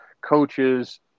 coaches